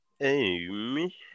Amy